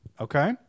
okay